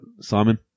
Simon